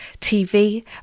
TV